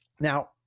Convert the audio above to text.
Now